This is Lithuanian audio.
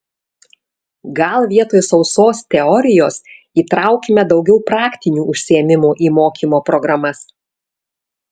gal vietoj sausos teorijos įtraukime daugiau praktinių užsiėmimų į mokymo programas